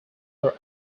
are